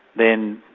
then,